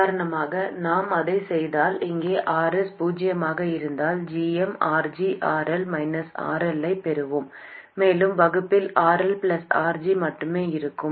உதாரணமாக நாம் அதைச் செய்தால் இங்கே Rs பூஜ்ஜியமாக இருந்தால் gm RGRL RL ஐப் பெறுவோம் மேலும் வகுப்பில் RL RG மட்டுமே இருக்கும்